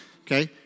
okay